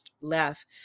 left